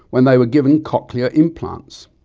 when they were given cochlear implants.